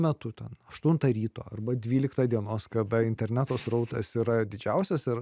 metu ten aštuntą ryto arba dvyliktą dienos kada interneto srautas yra didžiausias ir